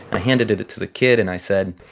i handed it it to the kid, and i said,